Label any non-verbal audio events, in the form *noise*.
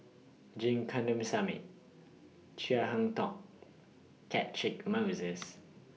*unintelligible* Kandasamy Chia *unintelligible* Catchick Moses